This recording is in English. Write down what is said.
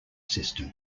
system